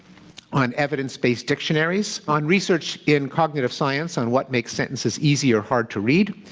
on evidence-based dictionaries, on research in cognitive science on what makes sentences easy or hard to read,